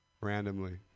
randomly